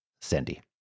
Cindy